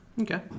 Okay